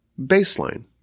baseline